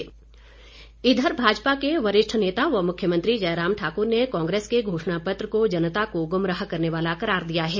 प्रतिक्रिया इधर भाजपा के वरिष्ठ नेता व मुख्यमंत्री जयराम ठाकुर ने कांग्रेस के घोषणा पत्र को जनता को गुमराह करने वाला करार दिया है